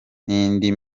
n’indi